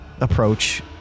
approach